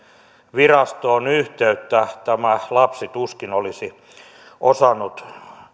virastoon yhteyttä tämä lapsi tuskin olisi osannut